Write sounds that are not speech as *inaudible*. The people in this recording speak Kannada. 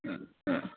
*unintelligible*